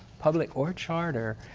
public or charter,